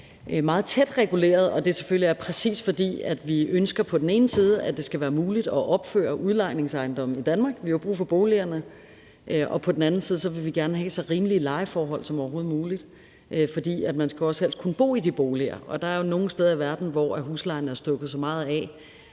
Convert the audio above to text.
der er meget tæt reguleret. Og det er selvfølgelig, præcis fordi vi på den ene side ønsker, at det skal være muligt at opføre udlejningsejendomme i Danmark – vi har brug for boligerne – og fordi vi på den anden side gerne vil have så rimelige lejeforhold som overhovedet muligt, for man skal også helst kunne bo i de boliger. Der er jo nogle steder i verden, hvor huslejen er stukket så meget af,